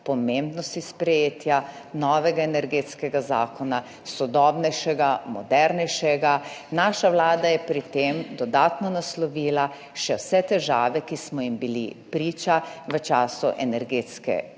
pomembnosti sprejetja novega energetskega zakona, sodobnejšega, modernejšega. Naša vlada je pri tem dodatno naslovila še vse težave, ki smo jim bili priča v času energetske krize,